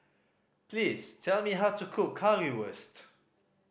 please tell me how to cook Currywurst